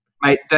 Mate